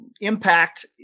impact